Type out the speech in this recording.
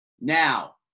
Now